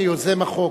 כיוזם החוק,